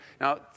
Now